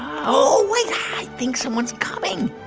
oh, wait i think someone's coming